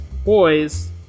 boys